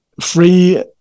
free